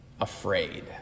afraid